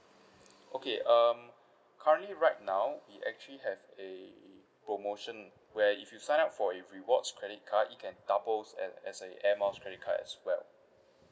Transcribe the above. okay um currently right now we actually have a promotion where if you sign up for a rewards credit card it can doubles at as a air miles credit card as well